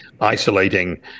isolating